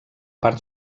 part